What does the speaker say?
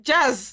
Jazz